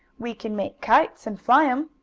we can make kites, and fly em,